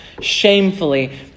shamefully